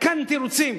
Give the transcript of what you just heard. ק"ן תירוצים,